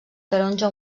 taronja